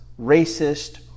racist